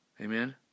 Amen